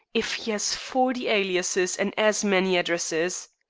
if he has forty aliases and as many addresses.